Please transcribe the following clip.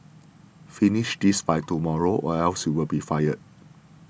finish this by tomorrow or else you'll be fired